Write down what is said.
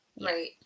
right